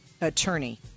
Attorney